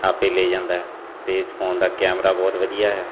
ਆਪੇ ਲੈ ਜਾਂਦਾ ਅਤੇ ਇਸ ਫੋਨ ਦਾ ਕੈਮਰਾ ਬਹੁਤ ਵਧੀਆ ਹੈ